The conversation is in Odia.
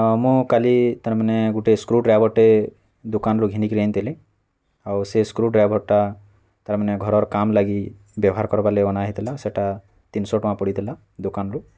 ଆ ମୁଁ କାଲି ତାର୍ ମାନେ ଗୁଟେ ସ୍କୃ ଡ଼୍ରାଇଭର୍ଟେ ଦୋକାନରୁ ଘିନିକିରି ଆଣିଥିଲି ଆଉ ସେଇ ସ୍କୃ ଡ଼୍ରାଇଭର୍ଟା ତାର୍ ମାନେ ଘରର୍ କାମ୍ ଲାଗି ବେବହାର୍ କରବାର୍ ଲାଗି ଅନା ହେଇଥିଲା ସେଟା ତିନିଶହ ଟଙ୍କା ପଡ଼ିଥିଲା ଦୋକାନରୁ